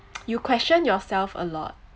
you question yourself a lot